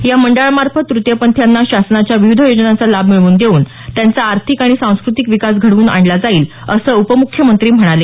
या मंडळामार्फत तृतीयपंथीयांना शासनाच्या विविध योजनांचा लाभ मिळवून देऊन त्यांचा आर्थिक आणि सांस्कृतिक विकास घडवून आणला जाईल असं उपमुख्यमंत्री म्हणाले